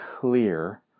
clear